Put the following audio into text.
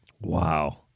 Wow